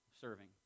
serving